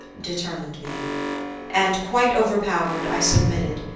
determined me and, quite overpowered, i submitted,